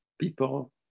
people